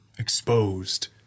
exposed